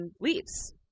leaves